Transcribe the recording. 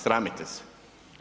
Sramite se.